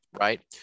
right